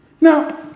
Now